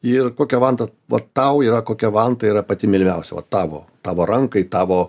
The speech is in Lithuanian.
ir kokia vanta va tau yra kokia vanta yra pati mylimiausiava tavo tavo rankai tavo